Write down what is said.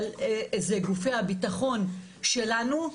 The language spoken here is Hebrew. אבל זה גופי הביטחון שלנו,